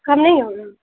کم نہیں ہوگی